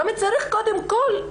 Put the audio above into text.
גם צריך קודם כל,